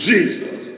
Jesus